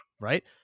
right